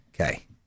Okay